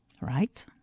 right